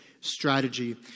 strategy